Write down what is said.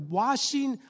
washing